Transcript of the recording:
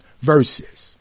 Verses